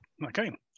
Okay